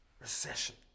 Recession